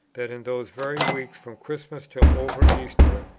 that in those very weeks from christmas till over easter,